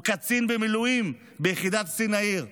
הוא קצין במילואים ביחידת קצין העיר,